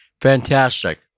fantastic